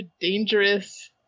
dangerous